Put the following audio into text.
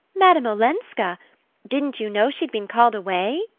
madame olenska didn't you know she'd been called away?